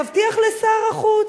מבטיח לשר החוץ,